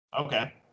Okay